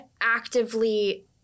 actively